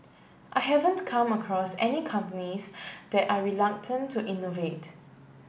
I haven't come across any companies that are reluctant to innovate